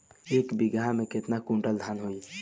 एक बीगहा में केतना कुंटल धान होई?